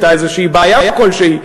אם הייתה בעיה כלשהי.